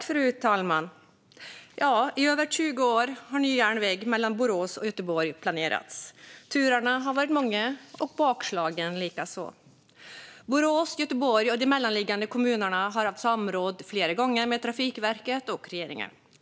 Fru talman! I över 20 år har ny järnväg mellan Borås och Göteborg planerats. Turerna har varit många, bakslagen likaså. Borås, Göteborg och de mellanliggande kommunerna har flera gånger haft samråd med Trafikverket och regeringen.